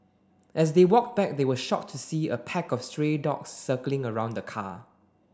as they walked back they were shocked to see a pack of stray dogs circling around the car